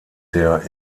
der